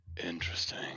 Interesting